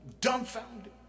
dumbfounded